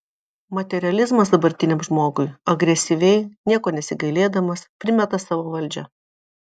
materializmas dabartiniam žmogui agresyviai nieko nesigailėdamas primeta savo valdžią